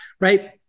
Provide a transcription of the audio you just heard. right